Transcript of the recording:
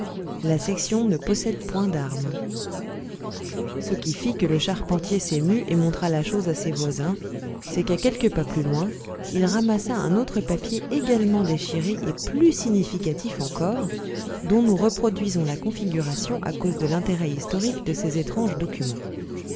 la section ne possède point d'armes ce qui fit que le charpentier s'émut et montra la chose à ses voisins c'est qu'à quelques pas plus loin il ramassa un autre papier également déchiré et plus significatif encore dont nous reproduisons la configuration à cause de l'intérêt historique de ces étranges documents